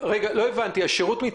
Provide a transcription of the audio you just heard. מה המקרים הפרטניים על